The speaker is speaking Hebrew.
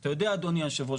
אתה יודע אדוני היו"ר,